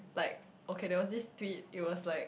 like okay there was this tweet it was like